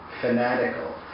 fanatical